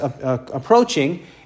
approaching